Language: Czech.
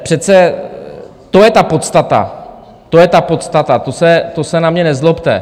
Přece to je ta podstata, to je ta podstata, to se na mě nezlobte.